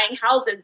houses